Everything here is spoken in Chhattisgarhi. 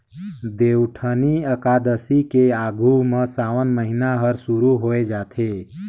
देवउठनी अकादसी के आघू में सावन महिना हर सुरु होवे जाथे